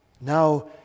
Now